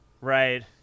right